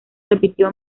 repitió